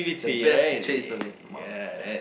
the best teacher is always mum ya